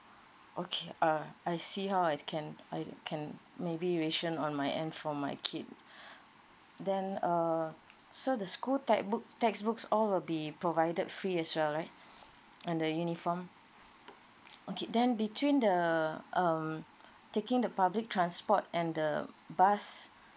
okay uh I see how I can I can maybe ration on my end for my kid then err so the school textbook textbooks all will be provided free as well right and the uniform okay then between the um taking the public transport and the bus